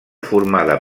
formada